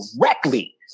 directly